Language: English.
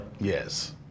Yes